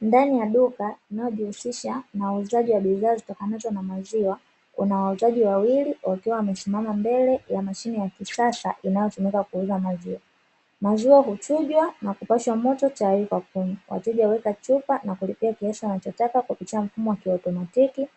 Ndani ya duka linalojihusisha na uuzaji wa bidhaa zitokanazo na maziwa, lina wauzaji wawili, wakiwa wamesimama mbele ya mashine ya kisasa inayotumika kuuza maziwa. Maziwa huchujwa na kupashwa moto tayari kwa kunywa. Wateja huweka chupa na kulipia kiasi wanachotaka kupitia mfumo kiautomatiki,